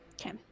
Okay